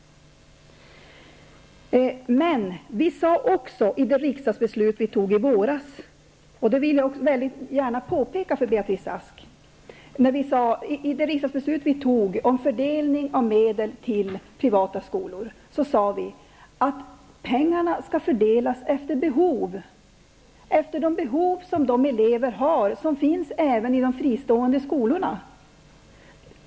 Men vi sade i det riksdagsbeslut som vi fattade i våras om fördelning av medel till privata skolor -- det vill jag gärna påpeka för Beatrice Ask -- också att pengarna skall fördelas efter behov, efter de behov som de elever har som finns även i de fristående skolorna.